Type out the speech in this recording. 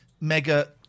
Mega